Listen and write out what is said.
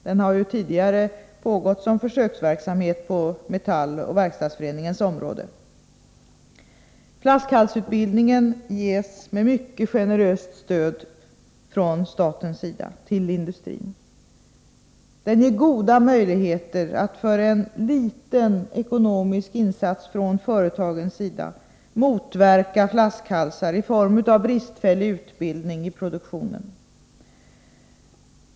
Den har tidigare pågått som försöksverksamhet på Metalls och Verkstadsföreningens område. Flaskhalsutbildningen innebär ett mycket generöst stöd från statens sida till industrin. Den ger goda möjligheter att för en liten ekonomisk insats från företagens sida motverka flaskhalsar i form av bristfällig utbildning i produktionen.